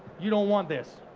you don't want this.